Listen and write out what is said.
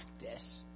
practice